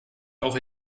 auch